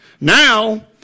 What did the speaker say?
Now